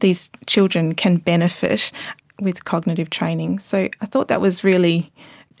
these children can benefit with cognitive training. so i thought that was really